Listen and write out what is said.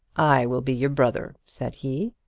i will be your brother, said he.